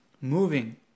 moving